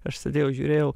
aš sėdėjau žiūrėjau